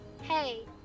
Hey